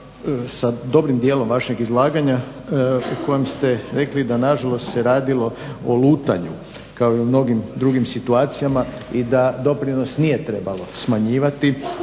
sa dobrim dijelom vašeg izlaganja u kojem ste rekli da nažalost se radilo o lutanju, kao i u mnogim drugim situacijama i da doprinos nije trebalo smanjivati